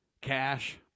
cash